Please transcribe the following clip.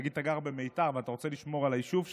נגיד שאתה גר במיתר ואתה רוצה לשמור על היישוב שלך,